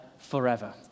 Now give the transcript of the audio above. forever